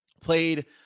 played